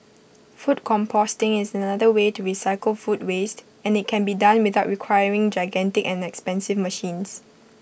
food composting is another way to recycle food waste and IT can be done without requiring gigantic and expensive machines